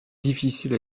difficile